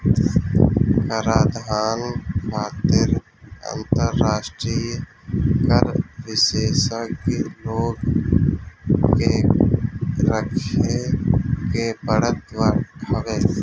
कराधान खातिर अंतरराष्ट्रीय कर विशेषज्ञ लोग के रखे के पड़त हवे